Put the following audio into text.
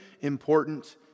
important